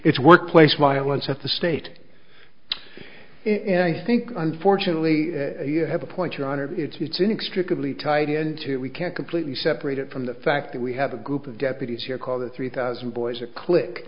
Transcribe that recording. it's workplace violence at the state i think unfortunately you have a point your honor it's inextricably tied into it we can't completely separate it from the fact that we have a group of deputies here called the three thousand boys a click